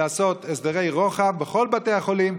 לעשות הסדרי רוחב בכל בתי החולים,